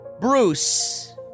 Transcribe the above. Bruce